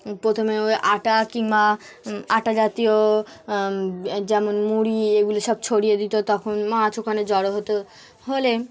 প্রথমে ওই আটা কিংবা আটা জাতীয় যেমন মুড়ি এগুলি সব ছড়িয়ে দিত তখন মাছ ওখানে জড়ো হতো হলে